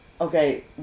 okay